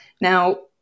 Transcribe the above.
Now